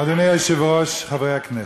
אדוני היושב-ראש, חברי הכנסת,